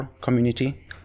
community